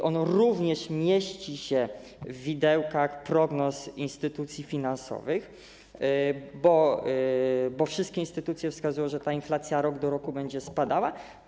To również mieści się w widełkach prognoz instytucji finansowych, bo wszystkie instytucje wskazują, że ta inflacja rok do roku będzie spadała.